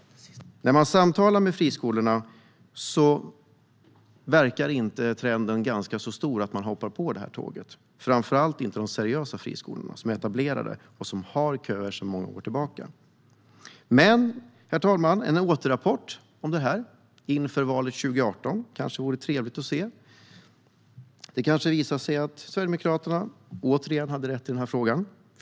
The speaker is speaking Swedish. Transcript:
Men när man samtalar med friskolorna verkar trenden inte vara så stark att de hoppar på det tåget, framför allt inte de seriösa friskolorna, som är etablerade och har köer sedan många år tillbaka. Men, herr talman, en återrapport om detta inför valet 2018 kanske vore trevligt att se. Det kanske visar sig att Sverigedemokraterna återigen hade rätt i den här frågan.